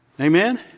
Amen